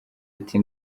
ati